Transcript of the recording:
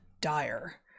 dire